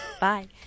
Bye